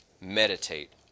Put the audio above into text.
Meditate